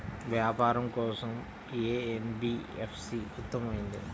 వ్యాపారం కోసం ఏ ఎన్.బీ.ఎఫ్.సి ఉత్తమమైనది?